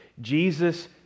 Jesus